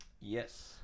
Yes